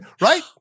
Right